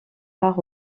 part